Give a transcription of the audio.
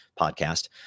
podcast